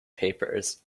papers